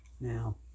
Now